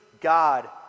God